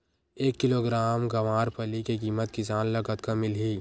एक किलोग्राम गवारफली के किमत किसान ल कतका मिलही?